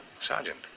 Sergeant